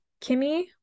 Kimmy